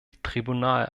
tribunal